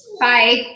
Bye